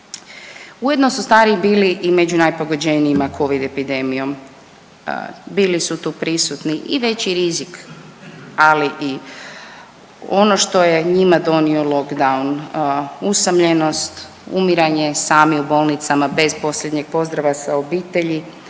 Ujedno su stariji bili i među najpogođenijima covid epidemijom. Bili su tu prisutni i veći rizik, ali i ono što je njima donio lock down usamljenost, umiranje, sami u bolnicama bez posljednjeg pozdrava sa obitelji.